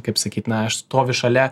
kaip sakyt na aš stoviu šalia